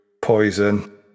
Poison